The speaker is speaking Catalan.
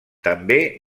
també